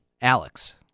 Alex